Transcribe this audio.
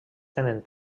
tenen